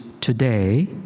today